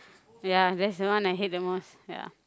ya that's the one I hate the most ya